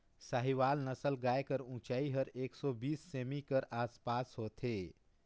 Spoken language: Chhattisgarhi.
साहीवाल नसल गाय कर ऊंचाई हर एक सौ बीस सेमी कर आस पास होथे